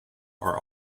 are